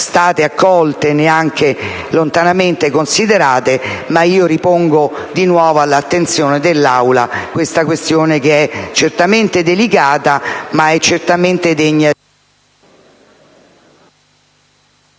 state accolte e neanche lontanamente considerate, pongo nuovamente all'attenzione dell'Aula tale questione, che è certamente delicata, ma è certamente degna